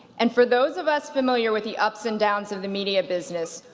and for those of us familiar with the ups and downs of the media business,